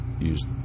use